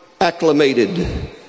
Acclimated